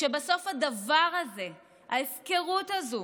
שבסוף הדבר הזה, ההפקרות הזו